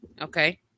okay